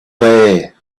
there